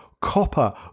copper